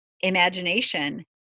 imagination